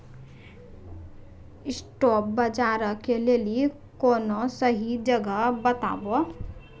spot बजारो के लेली कोनो सही जगह बताबो